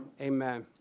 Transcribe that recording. Amen